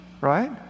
right